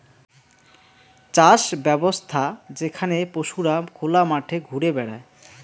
চাষ ব্যবছ্থা যেখানে পশুরা খোলা মাঠে ঘুরে বেড়ায়